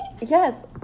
yes